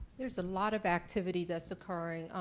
there's a lot of activity that's occurring,